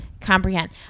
comprehend